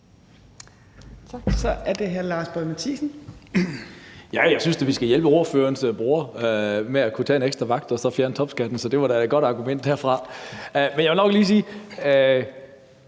Kl. 19:30 Lars Boje Mathiesen (NB): Jeg synes da, at vi skal hjælpe ordførerens bror til at kunne tage en ekstra vagt og så fjerne topskatten, så det var da et godt argument. Men jeg vil godt sige,